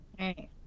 right